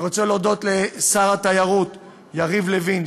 אני רוצה להודות לשר התיירות יריב לוין,